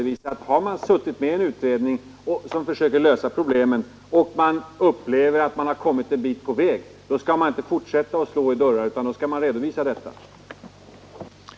Men om man sitter med i en utredning och försöker lösa problemen och då upplever att man har kommit en bit på väg, då tycker jag att det är ärligt att redovisa detta, och då skall man inte fortsätta att slå i dörrar.